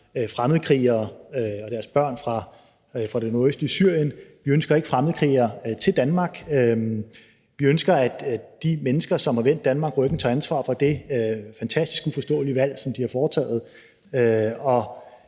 fremmedkrigere og deres børn fra det nordøstlige Syrien. Vi ønsker ikke fremmedkrigere til Danmark. Vi ønsker, at de mennesker, som har vendt Danmark ryggen, tager ansvar for det fantastisk uforståelige valg, som de har foretaget.